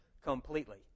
completely